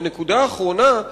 ונקודה אחרונה,